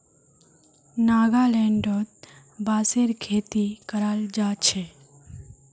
नागालैंडत बांसेर खेती कराल जा छे